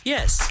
Yes